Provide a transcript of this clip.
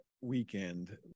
weekend